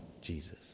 Jesus